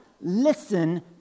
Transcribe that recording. listen